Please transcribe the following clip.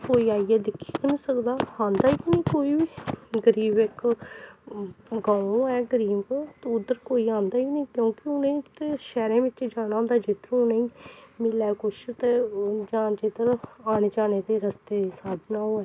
कोई आइयै दिक्खी गै निं सकदा औंदा गै नेईं कोई बी गरीब इक गांव ऐ एह् गरीब ते उद्धर कोई औंदा गै नेईं क्योंकि उ'नें उत्थै शैह्रें बिच्च जाना होंदा जिद्धरूं उ'नें गी मिलै कुछ ते जां जिद्धर औने जाने दे रस्ते साधन होऐ